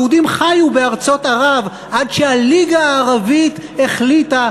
יהודים חיו בארצות ערב עד שהליגה הערבית החליטה,